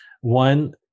one